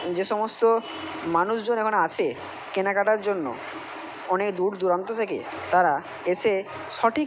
যে সমস্ত মানুষজন এখানে আসে কেনাকাটার জন্য অনেক দূর দূরান্ত থেকে তারা এসে সঠিক